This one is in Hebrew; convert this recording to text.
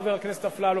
חבר הכנסת אפללו,